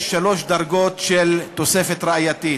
יש שלוש דרגות של תוספת ראייתית.